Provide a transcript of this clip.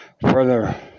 Further